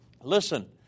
Listen